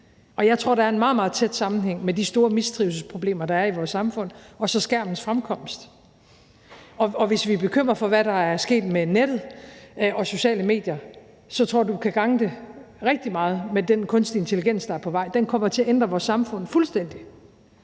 Og jeg tror, der er en meget, meget tæt sammenhæng mellem de store trivselsproblemer, der er i vores samfund, og så skærmenes fremkomst. Og hvis vi er bekymret for, hvad der er sket med nettet og de sociale medier, så tror jeg, du kan gange det rigtig meget op i forhold til den kunstige intelligens, der er på vej. Den kommer til at ændre vores samfund fuldstændig,